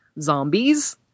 zombies